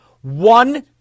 One